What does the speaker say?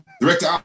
Director